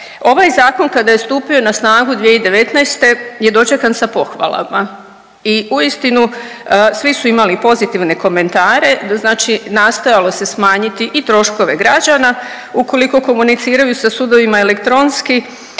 Ovaj zakon kada je stupio na snagu 2019. je dočekan sa pohvalama i uistinu svi su imali pozitivne komentare, znači nastojalo se smanjiti i troškove građana ukoliko komuniciraju sa sudovima elektronski,